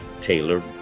Taylor